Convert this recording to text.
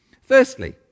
Firstly